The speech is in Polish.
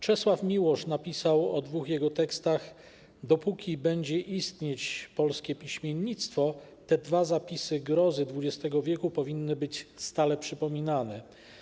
Czesław Miłosz napisał o dwóch jego tekstach: dopóki będzie istnieć polskie piśmiennictwo, te dwa zapisy grozy XX w. powinny być stale przypominane.